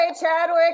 Chadwick